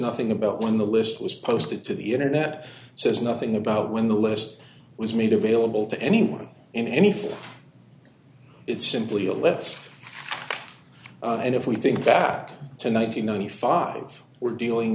nothing about when the list was posted to the internet says nothing about when the list was made available to anyone in any form it's simply a list and if we think back to nine hundred ninety five we're dealing